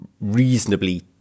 reasonably